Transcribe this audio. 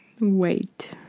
wait